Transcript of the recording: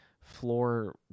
floor